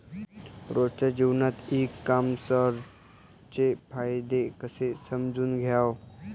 रोजच्या जीवनात ई कामर्सचे फायदे कसे समजून घ्याव?